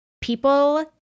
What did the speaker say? people